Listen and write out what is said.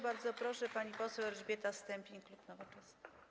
Bardzo proszę, pani poseł Elżbieta Stępień, klub Nowoczesna.